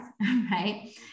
right